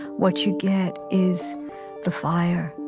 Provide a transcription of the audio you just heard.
what you get is the fire